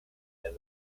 and